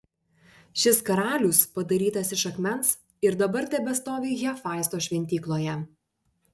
šis karalius padarytas iš akmens ir dabar tebestovi hefaisto šventykloje